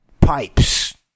pipes